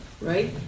right